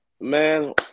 Man